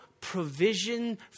provision